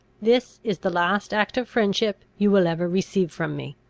this is the last act of friendship you will ever receive from me!